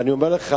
ואני אומר לך,